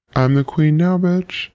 um the queen now, bitch.